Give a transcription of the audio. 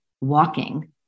walking